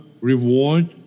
reward